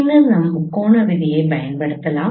பின்னர் நாம் முக்கோணத்தைப் பயன்படுத்தலாம்